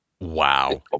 Wow